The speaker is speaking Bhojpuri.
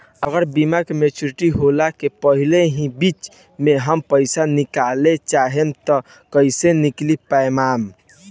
अगर बीमा के मेचूरिटि होला के पहिले ही बीच मे हम पईसा निकाले चाहेम त कइसे निकाल पायेम?